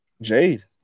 Jade